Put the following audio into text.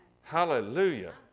Hallelujah